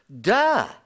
duh